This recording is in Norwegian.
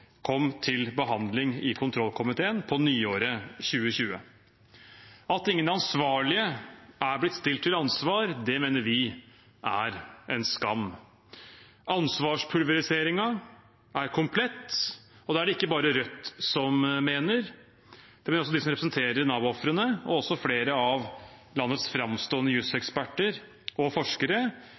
kom til behandling i kontrollkomiteen på nyåret 2020. At ingen ansvarlige er blitt stilt til ansvar, mener vi er en skam. Ansvarspulveriseringen er komplett, og det er det ikke bare Rødt som mener. Det mener også de som representer Nav-ofrene, og også flere av landets framstående jusseksperter og forskere.